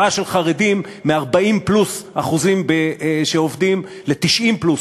הוא העברה של חרדים מ-40% פלוס שעובדים ל-90% פלוס,